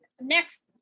next